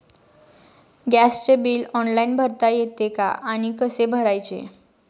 गॅसचे bill online भरता येते का आणि कसे भरायचे?